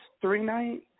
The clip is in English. three-night